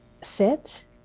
sit